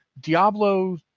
Diablo